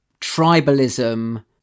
tribalism